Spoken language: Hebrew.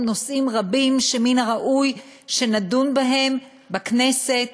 נושאים רבים שמן הראוי שנדון בהם בכנסת,